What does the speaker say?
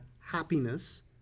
happiness